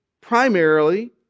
primarily